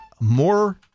more